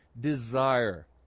desire